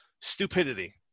Stupidity